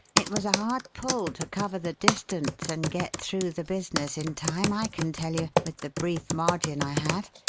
it was a hard pull to cover the distance and get through the business in time, i can tell you, with the brief margin i had.